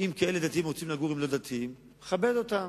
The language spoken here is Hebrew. אם כאלה דתיים רוצים לגור עם לא-דתיים, כבד אותם.